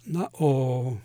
na o